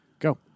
Go